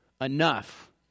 enough